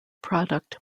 product